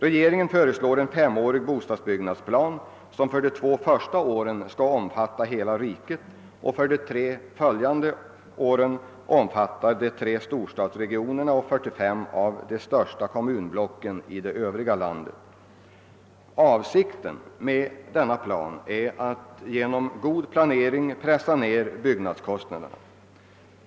Regeringen föreslår en femårig bostadsbyggnadsplan som skall omfatta för de två första åren hela riket och för de tre följande åren de tre storstadsregionerna och 45 av de största kommunblocken i den övriga delen av landet. Avsikten med denna plan är att genom god planering pressa ned byggnadskostnaderna.